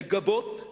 לגבות,